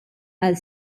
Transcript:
għal